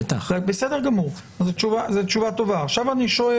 אז התשובה שאתה נותן לי היא שבגלל המלים "או לבית משפט",